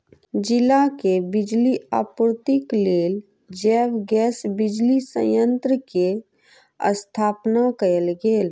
जिला के बिजली आपूर्तिक लेल जैव गैस बिजली संयंत्र के स्थापना कयल गेल